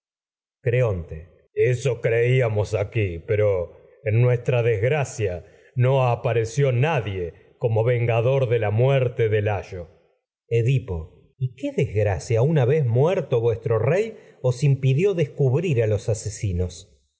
osadía creonte eso creíamos aqui pero en nuestra des gracia de no apareció nadie como vengador de la muerte layo edipo y qué desgracia a una vez muerto vuestro rey os impidió descubrir los asesinos